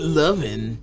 loving